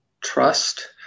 trust